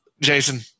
Jason